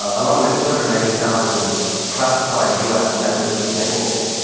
ah along with two hundred and eighty thousand classified u s. embassy cables.